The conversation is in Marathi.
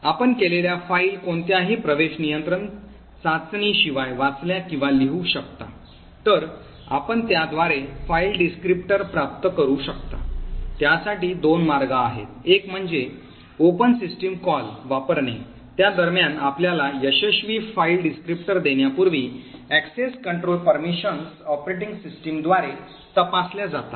आपण केलेल्या फायली कोणत्याही प्रवेश नियंत्रण चाचणी शिवाय वाचल्या किंवा लिहू शकता तर आपण त्याद्वारे फाइल वर्णनकर्ता प्राप्त करू शकता त्यासाठी दोन मार्ग आहेत एक म्हणजे ओपन सिस्टम कॉल वापरणे त्या दरम्यान आपल्याला यशस्वी फाइल वर्णनकर्ता देण्यापूर्वी access control permissions operating system द्वारे तपासल्या जातात